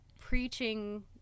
preaching